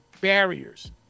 barriers